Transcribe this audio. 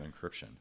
encryption